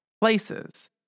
places